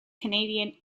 canadian